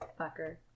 Fucker